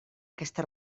aquesta